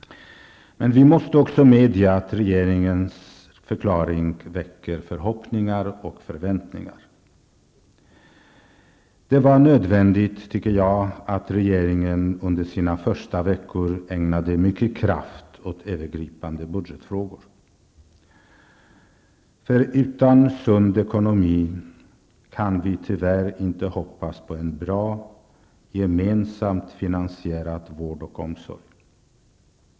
Men vi måste också medge att regeringnförklaringen väcker förhoppningar och förväntningar. Det var nödvändigt, tycker jag, att regeringen under sina första veckor ägnade mycket kraft åt övergripande budgetfrågor. För utan sund ekonomi kan vi tyvärr inte hoppas på en bra och gemensamt finansierad vård och omsorg.